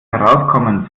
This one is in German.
herauskommen